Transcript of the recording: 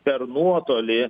per nuotolį